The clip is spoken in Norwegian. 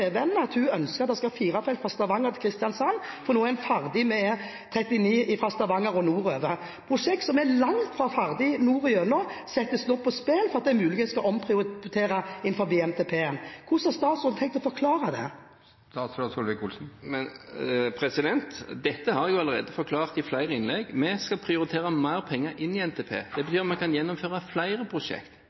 skal være firefelts vei fra Stavanger til Kristiansand, for nå er en ferdig med E39 fra Stavanger og nordover. Et prosjekt som er langt fra ferdig nordover, settes nå på spill fordi en muligens skal omprioritere innenfor NTP-en. Hvordan har statsråden tenkt å forklare det? Dette har jeg jo allerede forklart i flere innlegg: Vi skal prioritere mer penger inn i NTP, og det betyr at vi kan gjennomføre flere